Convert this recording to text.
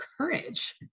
courage